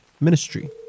ministry